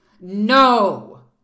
no